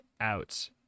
out